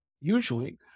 usually